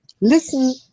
Listen